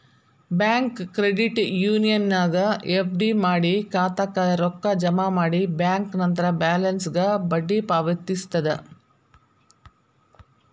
bank credit ಯೂನಿಯನ್ನ್ಯಾಗ್ FD ಮಾಡಿ ಖಾತಾಕ್ಕ ರೊಕ್ಕ ಜಮಾ ಮಾಡಿ ಬ್ಯಾಂಕ್ ನಂತ್ರ ಬ್ಯಾಲೆನ್ಸ್ಗ ಬಡ್ಡಿ ಪಾವತಿಸ್ತದ